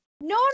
no